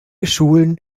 schulen